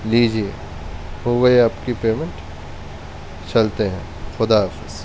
لیجیے ہو گئی آپ کی پیمنٹ چلتے ہیں خدا حافظ